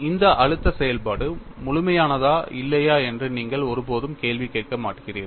இந்த அழுத்த செயல்பாடு முழுமையானதா இல்லையா என்று நீங்கள் ஒருபோதும் கேள்வி கேட்க மாட்டீர்கள்